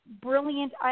brilliant